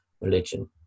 religion